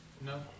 No